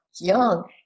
young